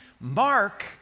mark